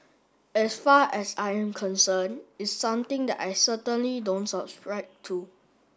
as far as I'm concerned it's something that I certainly don't subscribe to